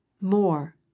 more